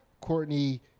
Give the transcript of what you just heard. Courtney